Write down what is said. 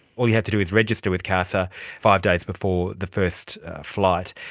all you have to do is register with casa five days before the first flight.